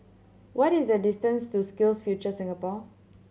what is the distance to SkillsFuture Singapore